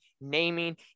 Naming